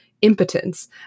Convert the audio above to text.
impotence